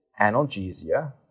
analgesia